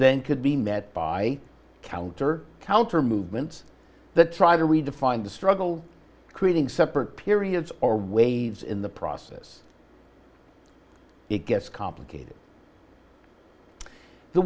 then could be met by counter counter movements that try to redefine the struggle creating separate periods or waves in the process it gets complicated the